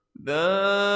the